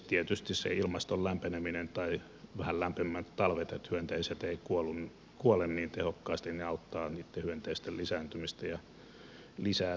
tietysti se ilmaston lämpeneminen tai se että on vähän lämpimämmät talvet niin että hyönteiset eivät kuole niin tehokkaasti auttaa niitten hyönteisten lisääntymistä ja lisää tuhoja